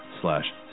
slash